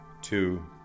two